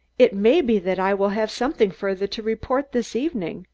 it may be that i will have something further to report this evening,